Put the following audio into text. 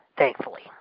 Thankfully